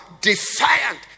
defiant